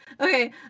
Okay